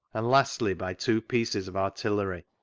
and lastly by two pieces of artillery.